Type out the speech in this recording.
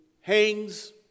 hangs